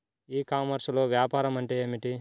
ఈ కామర్స్లో వ్యాపారం అంటే ఏమిటి?